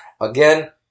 again